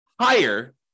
higher